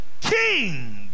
king